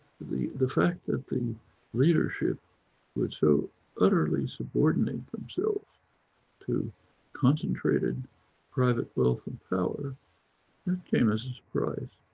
the the fact that the leadership would so utterly subordinate themselves to concentrated private wealth and power came as a surprise.